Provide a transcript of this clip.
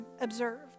observed